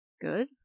good